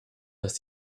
dass